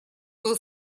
был